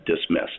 dismissed